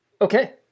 Okay